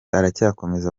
aracyakomeza